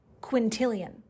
quintillion